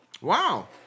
Wow